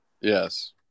Yes